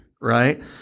right